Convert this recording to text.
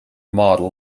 model